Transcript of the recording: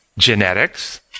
Genetics